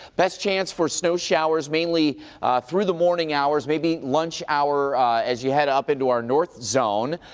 best chance for snow showers mainly through the morning hours, maybe lunch hour as you head up into our north zone.